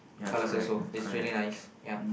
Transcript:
colours also it's really nice ya